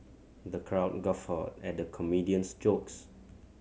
the crowd guffawed at the comedian's jokes